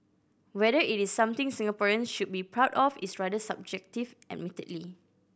whether it is something Singaporeans should be proud of is rather subjective admittedly